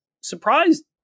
surprised